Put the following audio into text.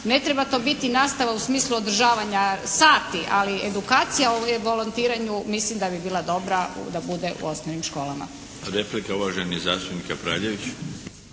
Ne treba to biti nastava u smislu održavanja sati, ali edukacija o volontiranju mislim da bi bila dobra da bude u osnovnim školama. **Milinović,